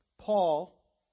Paul